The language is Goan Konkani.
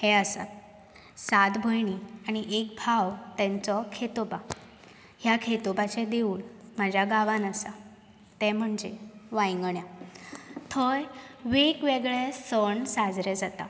हें आसा सात भयणी आनी एक भाव तेंचो खेतोबा ह्या खेतोबाचे देवुळ म्हाज्या गांवान आसा ते म्हणजे वांयगण्यां थंय वेग वेगळें सण साजरें जाता